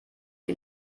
die